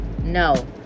No